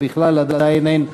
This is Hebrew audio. בכלל עדיין אין,